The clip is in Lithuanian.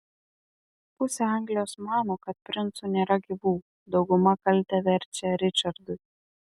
pusė anglijos mano kad princų nėra gyvų dauguma kaltę verčia ričardui